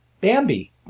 Bambi